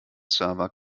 server